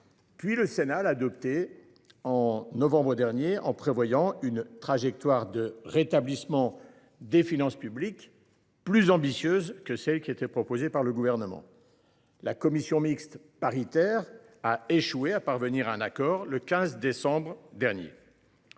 puis le Sénat l’a adopté au mois de novembre dernier, en prévoyant une trajectoire de rétablissement des finances publiques plus ambitieuse que celle qui était proposée par le Gouvernement. La commission mixte paritaire a échoué à parvenir à un accord le 15 décembre dernier.